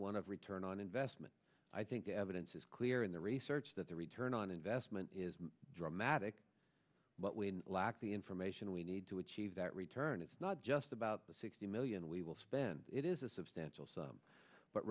one of return on investment i think the evidence is clear in the research that the return on investment is dramatic but when lacked the information we need to achieve that return it's not just about the sixty million we will spend it is a substantial sum but